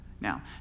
Now